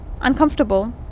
uncomfortable